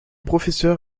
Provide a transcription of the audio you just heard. professeur